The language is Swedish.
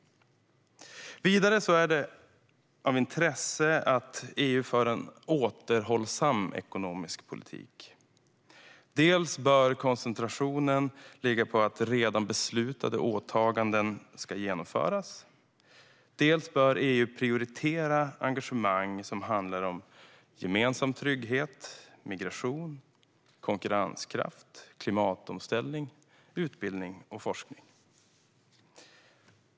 Vidare är det av intresse att EU för en återhållsam ekonomisk politik. Dels bör koncentrationen ligga på att redan beslutade åtaganden ska genomföras, dels bör EU prioritera engagemang som handlar om gemensam trygghet, migration, konkurrenskraft, klimatomställning, utbildning och forskning.